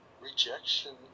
rejection